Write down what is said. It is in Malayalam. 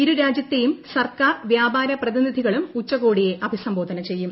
ഇരു രാജ്യത്തെയും സർക്കാർ വ്യാപാര പ്രതിനിധികളും ഉച്ചകോടിയെ അഭിസംബോധന ചെയ്യും